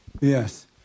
Yes